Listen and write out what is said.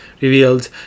revealed